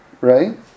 right